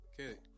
Okay